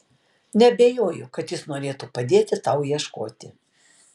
neabejoju kad jis norėtų padėti tau ieškoti